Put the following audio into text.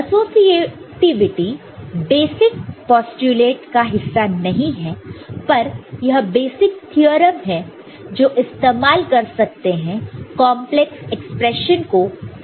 associativity basic postulate का हिस्सा नहीं है पर यह बेसिक थ्योरम है जो इस्तेमाल कर सकते हैं कंपलेक्स एक्सप्रेशन को प्रूव करने के लिए